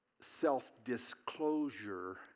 self-disclosure